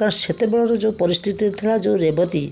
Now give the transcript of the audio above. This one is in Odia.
କାରଣ ସେତେବେଳର ଯେଉଁ ପରିସ୍ଥିତି ଥିଲା ଯେଉଁ ରେବତୀ